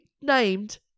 named